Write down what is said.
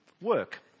work